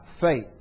faith